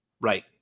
Right